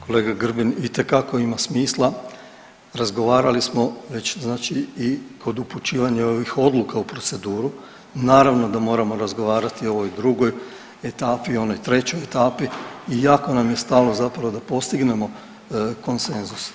Kolega Grbin itekako ima smisla, razgovarali smo već znači i kod upućivanja ovih odluka u proceduru, naravno da moramo razgovarati o ovoj drugoj etapi i onoj trećoj etapi i jako nam je stalo zapravo da postignemo konsenzus.